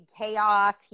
chaos